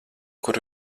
kur